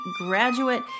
graduate